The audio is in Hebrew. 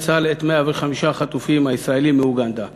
צה"ל את 105 החטופים הישראלים מאוגנדה,